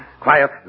Quiet